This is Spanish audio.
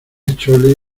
chole